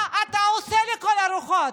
מה אתה עושה לכל הרוחות?